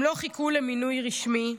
הם לא חיכו למינוי רשמי,